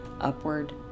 upward